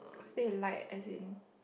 cause they lied as in